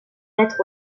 être